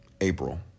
April